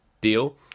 deal